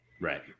Right